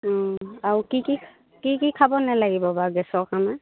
অঁ আৰু কি কি কি কি খাব নেলাগিব বাৰু গেছৰ কাৰণে